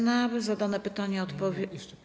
Na zadane pytanie odpowie.